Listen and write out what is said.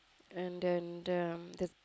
and then them the